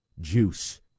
juice